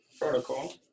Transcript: protocol